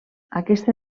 aquesta